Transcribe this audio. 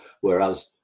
Whereas